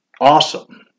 awesome